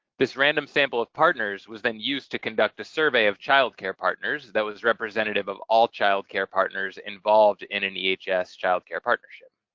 this random sample of partners was then used to conduct a survey of child care partners that was representative of all child care partners involved in an ehs child care partnership.